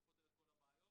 לא פותר את כל הבעיות,